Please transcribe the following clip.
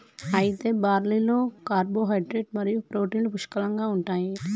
అయితే బార్లీలో కార్పోహైడ్రేట్లు మరియు ప్రోటీన్లు పుష్కలంగా ఉంటాయి